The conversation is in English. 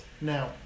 Now